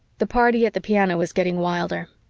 the party at the piano was getting wilder.